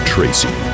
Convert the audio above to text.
Tracy